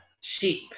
sheep